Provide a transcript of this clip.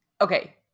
Okay